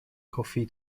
coffee